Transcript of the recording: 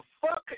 fuck